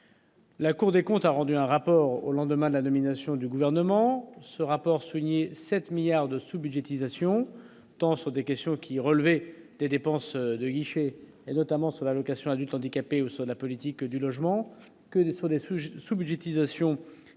La Cour des comptes a rendu un rapport au lendemain de la nomination du gouvernement, ce rapport souligne et 7 milliards de sous-budgétisation tant sur des questions qui relevaient des dépenses de guichet et notamment sur l'allocation adulte handicapé au sauna politique du logement, que des sur des sujets de sous-budgétisation qui